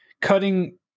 Cutting